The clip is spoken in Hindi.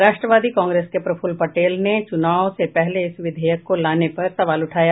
राष्ट्रवादी कांग्रेस के प्रफुल्ल पटेल ने चुनावों से पहले इस विधेयक को लाने पर सवाल उठाया